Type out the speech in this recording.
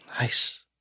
Nice